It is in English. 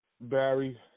Barry